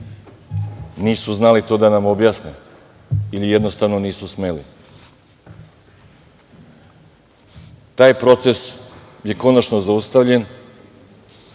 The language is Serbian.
nisu znali to da nam objasne ili jednostavno nisu smeli. Taj proces je konačno zaustavljen